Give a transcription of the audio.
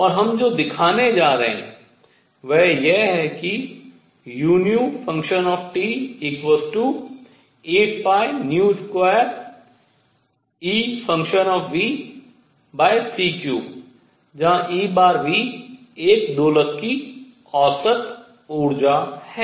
और हम जो दिखाने जा रहे हैं वह यह है कि u 82Ec3 जहां E एक दोलक की औसत ऊर्जा है